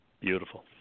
Beautiful